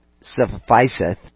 sufficeth